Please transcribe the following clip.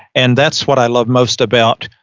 and that's what i love most about,